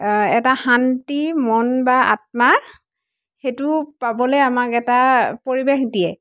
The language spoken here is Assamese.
এটা শান্তি মন বা আত্মা সেইটো পাবলৈ আমাক এটা পৰিৱেশ দিয়ে